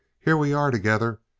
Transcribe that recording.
here we are together.